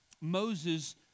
Moses